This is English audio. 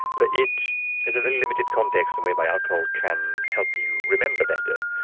but it is a very limited context and whereby alcohol can help you remember better.